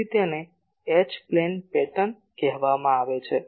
તેથી તેને H plane pattern કહેવામાં આવે છે